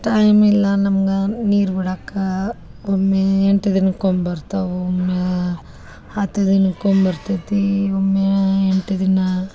time ಇಲ್ಲ ನಮ್ಗೆ ನೀರು ಬಿಡಕ್ಕ ಒಮ್ಮೆ ಎಂಟು ದಿನಕ್ಕೊಮ್ಮೆ ಬರ್ತಾವೆ ಒಮ್ಮೆ ಹತ್ತು ದಿನಕ್ಕೊಮ್ಮೆ ಬರ್ತೈತಿ ಒಮ್ಮೆ ಎಂಟು ದಿನ